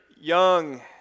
young